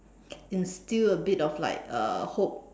instill a bit of like uh hope